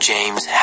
James